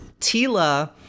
Tila